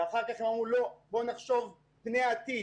אחר כך הם אמרו: בואו נחשוב פני עתיד,